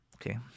Okay